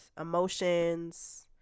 emotions